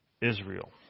Israel